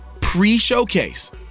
pre-showcase